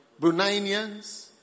Bruneians